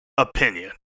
Opinion